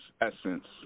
Essence